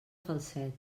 falset